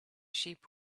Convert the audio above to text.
sheep